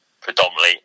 predominantly